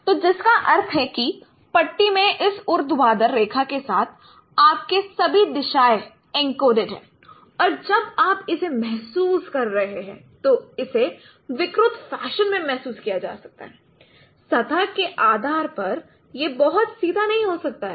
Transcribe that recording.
तो जिसका अर्थ है कि पट्टी में इस ऊर्ध्वाधर रेखा के साथ आपके सभी दिशाएं एन्कोडेड हैं और जब आप इसे महसूस कर रहे हैं तो इसे विकृत फैशन में महसूस किया जा सकता है सतह के आधार पर यह बहुत सीधा नहीं हो सकता है